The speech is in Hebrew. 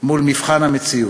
מול מבחן המציאות.